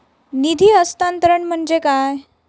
निधी हस्तांतरण म्हणजे काय?